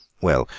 well,